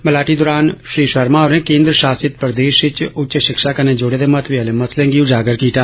मलाटी दौरान श्री शर्मा होरे केन्द्र शासित प्रदेश च उच्च शिक्षा कन्नै जुड़े दे महत्वै आहले मसलें गी उजागर कीता